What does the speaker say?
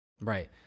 Right